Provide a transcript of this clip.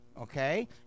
okay